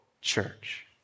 church